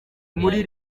muri